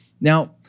Now